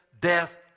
death